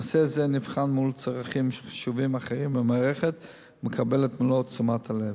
נושא זה נבחן מול צרכים חשובים אחרים במערכת ומקבל את מלוא תשומת הלב.